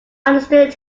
understood